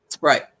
Right